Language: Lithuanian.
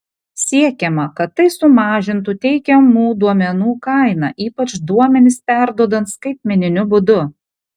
siekiama kad tai sumažintų teikiamų duomenų kainą ypač duomenis perduodant skaitmeniniu būdu